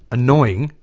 annoying,